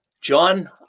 John